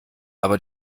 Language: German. aber